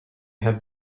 have